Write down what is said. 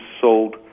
sold